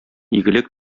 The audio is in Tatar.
игелек